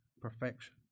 perfection